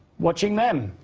watching them.